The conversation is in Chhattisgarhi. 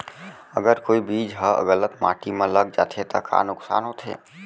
अगर कोई बीज ह गलत माटी म लग जाथे त का नुकसान होथे?